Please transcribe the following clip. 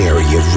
Area